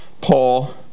Paul